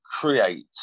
create